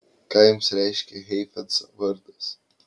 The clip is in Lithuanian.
ką jums reiškia heifetzo vardas